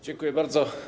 Dziękuję bardzo.